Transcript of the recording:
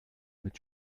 mit